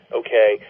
okay